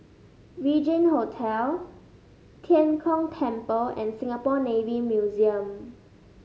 Regin Hotel Tian Kong Temple and Singapore Navy Museum